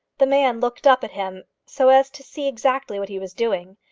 the man looked up at him so as to see exactly what he was doing,